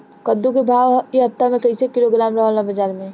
कद्दू के भाव इ हफ्ता मे कइसे किलोग्राम रहल ह बाज़ार मे?